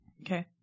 okay